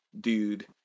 dude